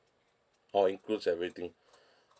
or includes everything